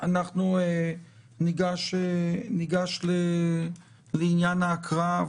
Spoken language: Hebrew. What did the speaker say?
ניגש לעניין ההקראה.